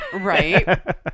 Right